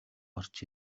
гарч